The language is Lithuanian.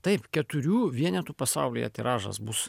taip keturių vienetų pasaulyje tiražas bus